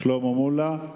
שלמה מולה.